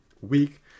week